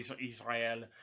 Israel